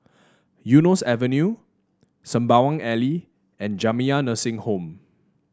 Eunos Avenue Sembawang Alley and Jamiyah Nursing Home